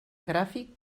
gràfic